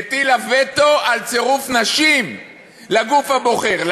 הטילה וטו על צירוף נשים לגוף הבוחר.